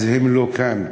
אז הם לא כאן,